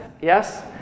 Yes